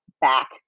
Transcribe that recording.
back